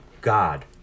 God